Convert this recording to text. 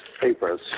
papers